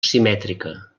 simètrica